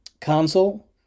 console